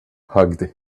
hugged